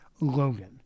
Logan